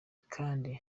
kandi